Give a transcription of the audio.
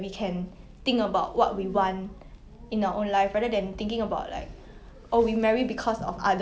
she did not deserve to steal the guy away from jo lah but now now that you are older right